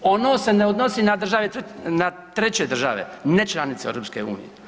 Ono se ne odnosi na treće države nečlanice EU.